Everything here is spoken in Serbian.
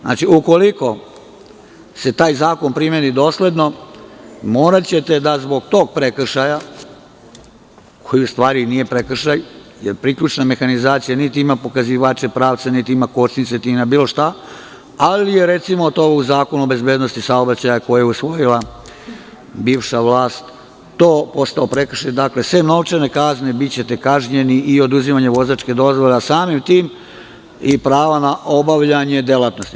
Znači, ukoliko se taj zakon primeni dosledno moraćete da zbog tog prekršaja, koji u stvari nije prekršaj, jer priključna mehanizacija niti ima pokazivače pravca, niti ima kočnice, niti ima bilo šta, ali je recimo, to u Zakonu o bezbednosti saobraćaja, koji je usvojila bivša vlast, to postao prekršaj, sem novčane kazne, bićete kažnjeni i oduzimanjem vozačke dozvole, a samim tim i prava na obavljanje delatnosti.